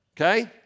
okay